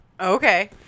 Okay